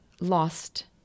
lost